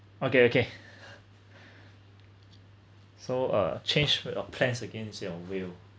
okay okay so uh change your plans against your will